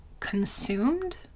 Consumed